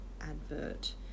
advert